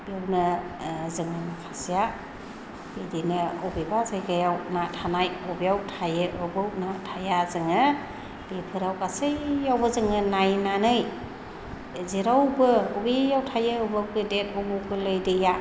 बेयावनो जोङो माखासेया बिदिनो बबेबा जायगायाव ना थानाय बबेयाव थायो बबेयाव ना थाया जोङो बेफोराव गासैयावबो जोङो नायनानै जेरावबो बबेयाव थायो बबाव गेदेर बबाव गोरलै दैया